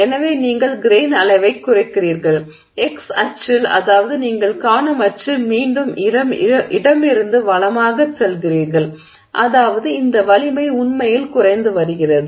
எனவே நீங்கள் கிரெய்ன் அளவைக் குறைக்கிறீர்கள் x அச்சில் அதாவது நீங்கள் காணும் அச்சில் மீண்டும் இடமிருந்து வலமாகச் செல்கிறீர்கள் அதாவது இந்த வலிமை உண்மையில் குறைந்து வருகிறது